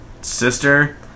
sister